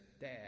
Dad